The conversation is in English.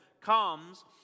comes